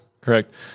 correct